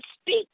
speak